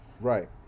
Right